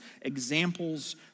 examples